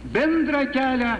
bendrą kelią